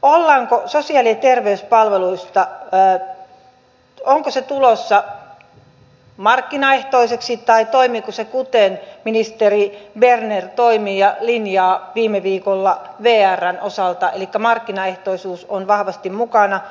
ovatko sosiaali ja terveyspalvelut tulossa markkinaehtoisiksi tai toimivatko ne kuten ministeri berner toimii ja linjasi viime viikolla vrn osalta elikkä markkinaehtoisuus on vahvasti mukana